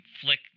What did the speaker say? flick